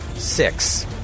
Six